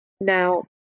Now